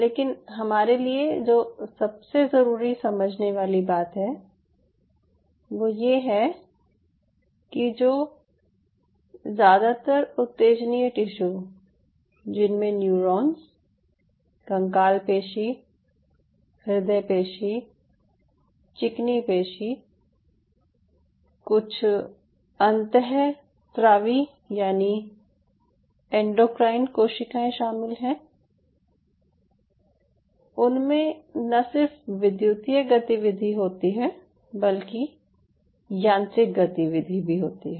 लेकिन हमारे लिए जो सबसे ज़रूरी समझने वाली बात है वो ये है कि जो ज़्यादातर उत्तेजनीय टिश्यू जिनमें न्यूरॉन्स कंकाल पेशी हृदय पेशी चिकनी पेशी कुछ अंतःस्त्रावी यानि एंडोक्राइन कोशिकाएं शामिल हैं उनमे न सिर्फ विद्युतीय गतिविधि होती है बल्कि यांत्रिक गतिविधि भी होती है